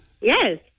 Yes